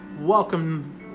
Welcome